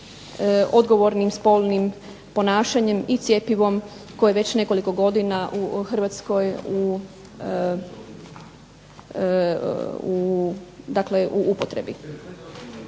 odgovornim spolnim ponašanjem i cjepivom koje je već nekoliko godina u Hrvatskoj u upotrebi.